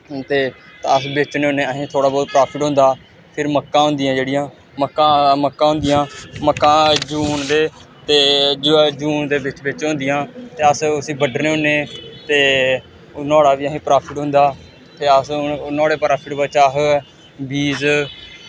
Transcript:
ते अस बेचने होन्ने असेंगी थोह्ड़ा बौह्त प्राफिट होंदा फिर मक्कां होंदियां जेह्ड़ियां मक्कां मक्कां होंदियां मक्कां जून दे ते जून दे बिच्च बिच्च होंदियां ते अस उस्सी ब'ड्डने होन्ने ते नोआड़ा बी असेंगी प्राफिट होंदा ते अस हून नोआड़े प्राफिट बिच्च अस बीज